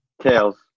Tails